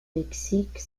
mexique